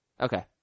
Okay